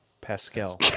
Pascal